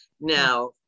Now